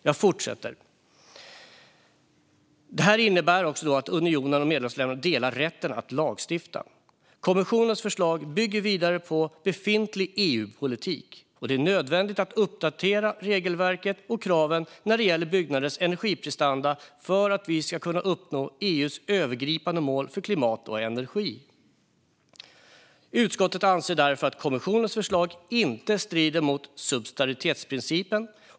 Jag fortsätter att läsa vad utskottet skriver: "Kommissionens förslag bygger vidare på befintlig EU-politik. Det är nödvändigt att uppdatera regelverket och kraven när det gäller byggnaders energiprestanda för att vi ska kunna uppnå EU:s övergripande mål för klimat och energi. Utskottet anser därför att kommissionens förslag inte strider mot subsidiaritetsprincipen.